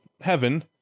heaven